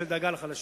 שדאגה לחלשים.